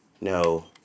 No